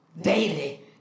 daily